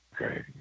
okay